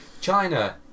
China